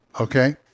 okay